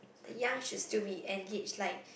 the young should still be engaged like